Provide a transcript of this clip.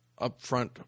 upfront